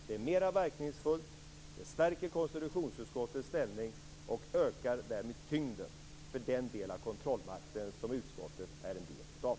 Det är mer verkningsfullt. Det stärker konstitutionsutskottets ställning och ökar därmed tyngden för den kontrollmakt som utskottet är en del av.